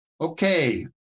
Okay